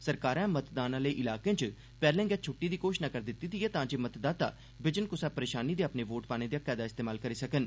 सरकारै मतदान आहले इलाकें च पैहले गै छुट्टी दी घोषणा करी दित्ती दी ऐ तांजे मतदाता बिजन क्सा परेशानी दे अपने वोट पाने दे हक्कै दा इस्तेमाल करी सकन